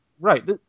Right